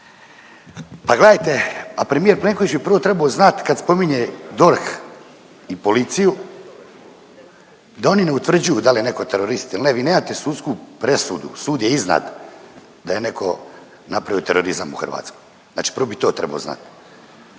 Pa gledajte, a premijer Plenković bi prvo trebao znati kad spominje DORH i policiju da oni ne utvrđuju da li je netko terorist ili ne. Vi nemate sudsku presudu, sud je iznad da je netko napravio terorizam u Hrvatskoj. Znači prvo bi to trebao znati